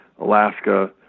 Alaska